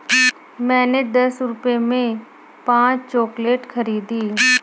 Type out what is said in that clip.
मैंने दस रुपए में पांच चॉकलेट खरीदी